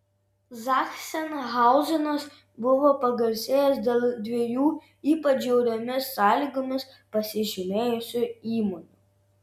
zachsenhauzenas buvo pagarsėjęs dėl dviejų ypač žiauriomis sąlygomis pasižymėjusių įmonių